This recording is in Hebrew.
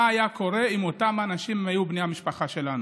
היה קורה אם אותם אנשים היו בני המשפחה שלנו,